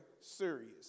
serious